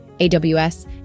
AWS